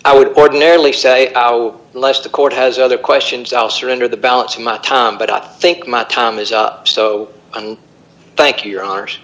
i would ordinarily say how much the court has other questions i'll surrender the balance of my time but i think my time is up so and thank you your honor